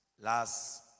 last